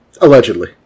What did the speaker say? allegedly